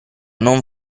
non